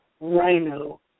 Rhino